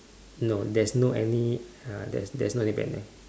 no there's no any uh there's there's no any banner